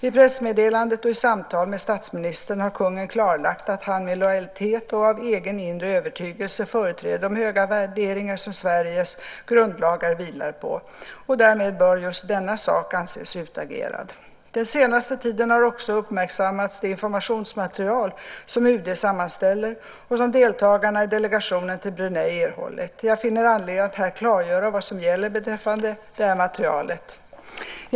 I pressmeddelande och i samtal med statsministern har kungen klarlagt att han med lojalitet och av egen inre övertygelse företräder de höga värderingar som Sveriges grundlagar vilar på. Därmed bör just denna sak anses utagerad. Den senaste tiden har också uppmärksammats det informationsmaterial som UD sammanställer och som deltagarna i delegationen till Brunei erhållit. Jag finner anledning att här klargöra vad som gäller beträffande detta material.